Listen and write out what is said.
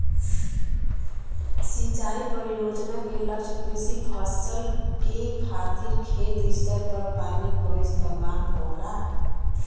सिंचाई परियोजना क लक्ष्य कृषि फसल के खातिर खेत स्तर पर पानी क इस्तेमाल होला